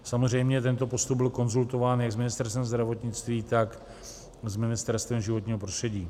Samozřejmě tento postup byl konzultován jak s Ministerstvem zdravotnictví, tak s Ministerstvem životního prostředí.